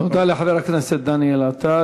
תודה לחבר הכנסת דניאל עטר.